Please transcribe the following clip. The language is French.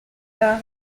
tar